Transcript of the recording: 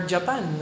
Japan